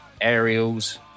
Aerials